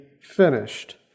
finished